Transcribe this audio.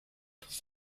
los